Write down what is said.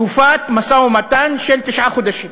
תקופת משא-ומתן של תשעה חודשים.